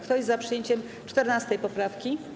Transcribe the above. Kto jest za przyjęciem 14. poprawki?